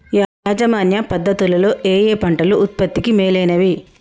యాజమాన్య పద్ధతు లలో ఏయే పంటలు ఉత్పత్తికి మేలైనవి?